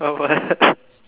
I want